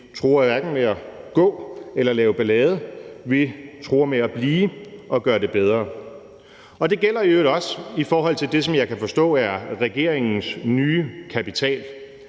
vi truer hverken med at gå eller at lave ballade. Vi truer med at blive og gøre det bedre. Det gælder i øvrigt også i forhold til det, som jeg kan forstå er regeringens nye kapital